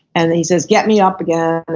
and he says, get me up again,